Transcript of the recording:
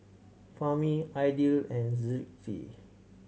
Fahmi Aidil and Rizqi